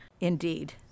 Indeed